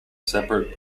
separate